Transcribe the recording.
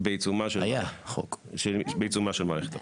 בעיצומה של מערכת הבחירות.